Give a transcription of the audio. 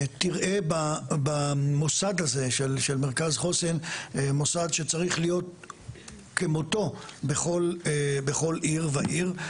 תראה במוסד הזה של מרכז חוסן מוסד שצריך להיות כמותו בכל עיר ועיר.